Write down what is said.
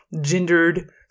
gendered